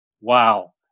Wow